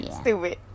Stupid